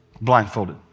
Blindfolded